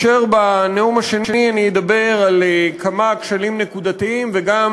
ובנאום השני אני אדבר על כמה כשלים נקודתיים וגם